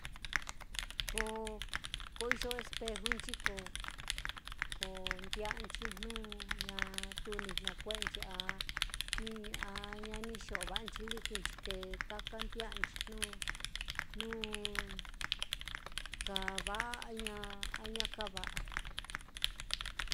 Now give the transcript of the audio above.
Ko ko iyo espejunchi ko ko ndi'anchi jnu ñatu ni jnakue'enchia ni a ña ni xo'o wa'anchi lɨkɨnchi, te taka ndi'anchi jnu jnu kava'a a ña ña kava'a.